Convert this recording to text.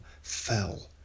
fell